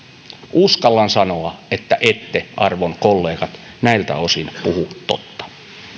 uskallan sanoa että ette arvon kollegat näiltä osin puhu totta